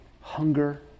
hunger